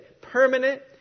permanent